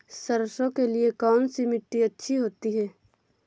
सरसो के लिए कौन सी मिट्टी अच्छी होती है?